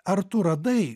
ar tu radai